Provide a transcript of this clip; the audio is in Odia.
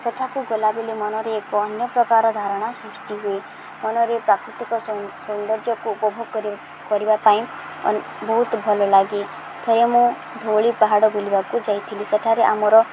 ସେଠାକୁ ଗଲାବେଳେ ମନରେ ଏକ ଅନ୍ୟପ୍ରକାର ଧାରଣା ସୃଷ୍ଟି ହୁଏ ମନରେ ପ୍ରାକୃତିକ ସୌନ୍ଦର୍ଯ୍ୟକୁ ଉପଭୋଗ କରିବା ପାଇଁ ବହୁତ ଭଲଲାଗେ ଥରେ ମୁଁ ଧଉଳି ପାହାଡ଼ ବୁଲିବାକୁ ଯାଇଥିଲି ସେଠାରେ ଆମର